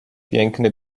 piękny